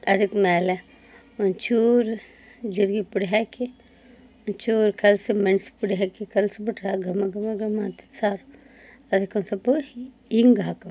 ಅದಕ್ಕೆ ಮೇಲೆ ಒಂಚೂರು ಜೀರ್ಗೆ ಪುಡಿ ಹಾಕಿ ಒಂಚೂರು ಕಲ್ಸಿದ ಮೆಣ್ಸು ಪುಡಿ ಹಾಕಿ ಕಲಿಸ್ಬಿಟ್ರೆ ಘಮ ಘಮ ಘಮ ಅಂತೈತಿ ಸಾರು ಅದಕ್ಕೊಂದು ಸ್ವಲ್ಪ ಹಿಂಗೆ ಹಾಕಬೇಕ